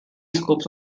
scopes